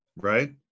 Right